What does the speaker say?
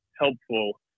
helpful